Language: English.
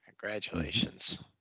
congratulations